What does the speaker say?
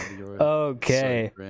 Okay